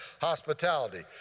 hospitality